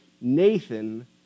Nathan